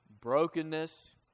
brokenness